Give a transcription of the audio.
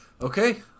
Okay